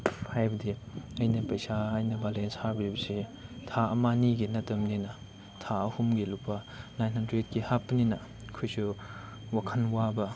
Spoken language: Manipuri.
ꯍꯥꯏꯕꯗꯤ ꯑꯩꯅ ꯄꯩꯁꯥ ꯑꯩꯅ ꯕꯦꯂꯦꯟꯁ ꯍꯥꯞꯂꯤꯕꯁꯤ ꯊꯥ ꯑꯃ ꯑꯅꯤꯒꯤ ꯅꯠꯇꯕꯅꯤꯅ ꯊꯥ ꯑꯍꯨꯝꯒꯤ ꯂꯨꯄꯥ ꯅꯥꯏꯟ ꯍꯟꯗ꯭ꯔꯦꯗꯀꯤ ꯍꯥꯞꯄꯅꯤꯅ ꯑꯩꯈꯣꯏꯁꯨ ꯋꯥꯈꯜ ꯋꯥꯕ